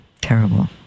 terrible